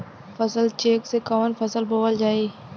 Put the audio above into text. फसल चेकं से कवन फसल बोवल जाई?